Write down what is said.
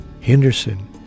Henderson